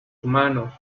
humanos